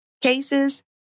cases